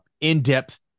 in-depth